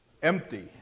empty